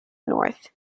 north